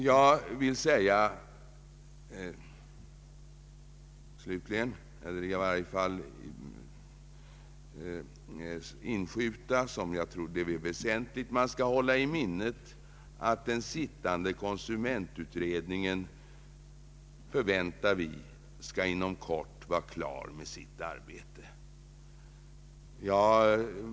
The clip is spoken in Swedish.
Jag vill inskjuta något som jag tror är väsentligt att hålla i minnet, nämligen att den pågående konsumentutredningen förväntas inom kort vara klar med sitt arbete.